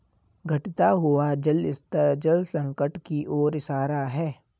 घटता हुआ जल स्तर जल संकट की ओर इशारा है